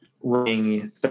running